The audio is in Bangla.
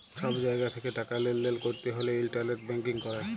ছব জায়গা থ্যাকে টাকা লেলদেল ক্যরতে হ্যলে ইলটারলেট ব্যাংকিং ক্যরে